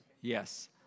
Yes